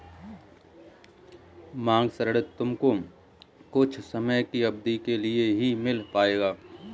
मांग ऋण तुमको कुछ समय की अवधी के लिए ही मिल पाएगा